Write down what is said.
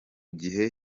gihe